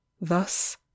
Thus